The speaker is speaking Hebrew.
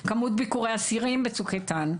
כמות ביקורי האסירים ב"צוק איתן".